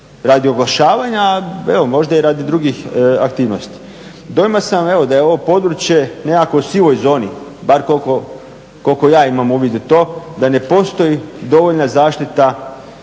radi oglašavanja, evo možda i radi drugih aktivnosti. Dojma sam evo da je ovo područje u nekakvoj sivoj zoni bar koliko ja imam uvid u to, da ne postoji dovoljna zaštita